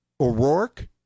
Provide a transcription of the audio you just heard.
O'Rourke